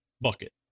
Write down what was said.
Bucket